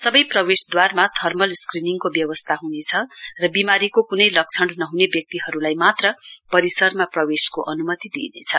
सबै प्रवेशद्वारा थर्मल स्क्रीनिङको व्यवस्था हनेछ र विमारीको कुनै लक्षण नहुने व्यक्तिहरुलाई मात्र परिसरमा प्रवेशको अनुमति दिइनेछ